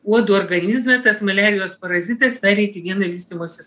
uodo organizme tas maliarijos parazitas pereiti į vieną vystymosis